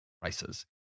prices